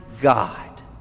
God